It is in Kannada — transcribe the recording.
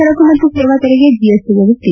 ಸರಕು ಮತ್ತು ಸೇವಾ ತೆರಿಗೆ ಜಿಎಸ್ಟಿ ವ್ಯವಸ್ಥೆ